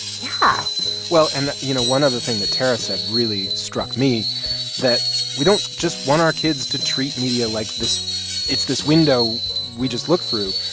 yeah well, and, you know, one other thing that tara said really struck me that we don't just want our kids to treat media like this it's this window we just look through.